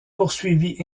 poursuivit